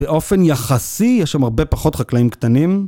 באופן יחסי, יש שם הרבה פחות חקלאים קטנים.